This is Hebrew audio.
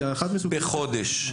בחודש.